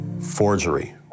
forgery